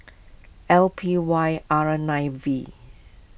L P Y R nine V